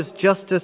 justice